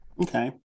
Okay